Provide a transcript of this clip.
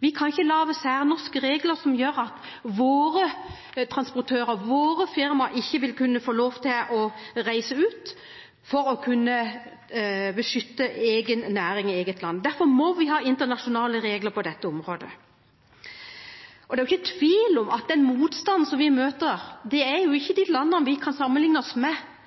Vi kan ikke lage særnorske regler som gjør at våre transportører, våre firmaer, ikke vil kunne få lov til å reise ut, for å kunne beskytte egen næring i eget land. Derfor må vi ha internasjonale regler på dette området. Det er ikke tvil om at den motstanden vi møter, ikke er fra de landene vi kan sammenligne oss med,